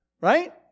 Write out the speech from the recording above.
right